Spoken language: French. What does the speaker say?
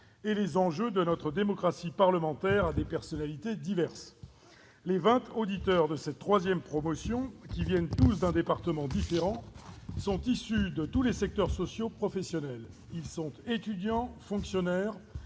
et les enjeux de notre démocratie parlementaire des personnalités diverses, les 20 auditeurs de cette 3ème promotion qui viennent départements différents, sont issus de tous les secteurs socio-professionnels, ils sont étudiants, fonctionnaires,